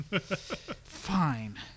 Fine